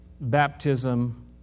baptism